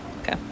okay